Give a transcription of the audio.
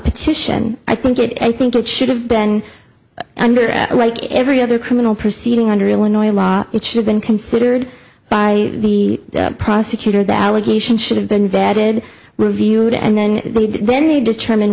petition i can get it i think it should have been under like every other criminal proceeding under illinois law it should been considered by the prosecutor that allegation should have been vetted reviewed and then they did then they determine